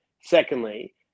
Secondly